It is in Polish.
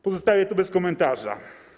Pozostawię to bez komentarza.